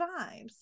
vibes